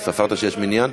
אתה ספרת שיש מניין?